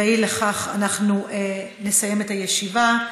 ואי לכך אנחנו נסיים את הישיבה.